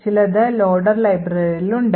ചിലത് ലോഡർ ലൈബ്രറിയിലും ഉണ്ട്